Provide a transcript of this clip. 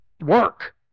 work